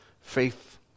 Faith